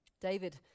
David